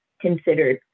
considered